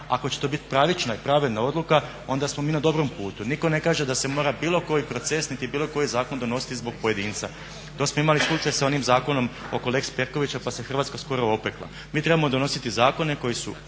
ako će to biti pravična i pravedna odluka onda smo mi na dobrom putu. Niko ne kaže da se mora bilo koji proces niti bilo koji zakon donositi zbog pojedinca. To smo imali slučaj s onim zakonom oko Lex Perkovića pa se Hrvatska skoro opekla. Mi trebamo donositi zakone koji su